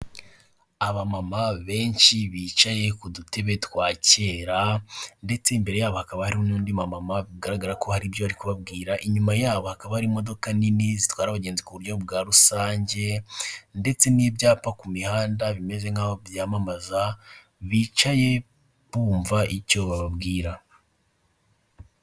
Aba mama benshi bicaye ku dutebe twa kera; ndetse imbere yabo hakaba hari n'undi mu mama bigaragara ko hari ibyo ari kubabwira; inyuma yabo hakaba hari imodoka nini zitwara abagenzi ku buryo bwa rusange; ndetse n'ibyapa ku mihanda bimeze nkaho byamamaza bicaye bumva icyo bababwira.